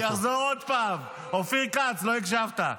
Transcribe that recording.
אני אחזור עוד פעם, אופיר כץ, לא הקשבת.